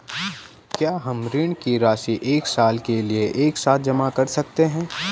क्या हम ऋण की राशि एक साल के लिए एक साथ जमा कर सकते हैं?